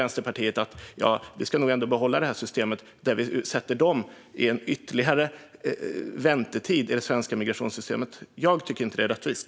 Vänsterpartiet tycker att systemet ändå ska behållas så att dessa utsätts för ytterligare väntetid i det svenska migrationssystemet. Jag tycker inte att det är rättvist.